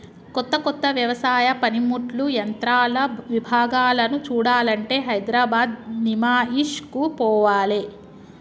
కొత్త కొత్త వ్యవసాయ పనిముట్లు యంత్రాల విభాగాలను చూడాలంటే హైదరాబాద్ నిమాయిష్ కు పోవాలే